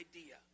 idea